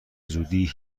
زودی